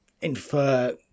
infer